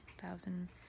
thousand